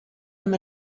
him